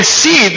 see